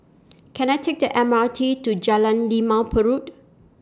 Can I Take The M R T to Jalan Limau Purut